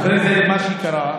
מה שקרה,